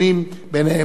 ובהם מדע,